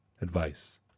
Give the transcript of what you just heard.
advice